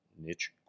niche